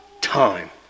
time